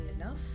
enough